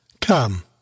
Come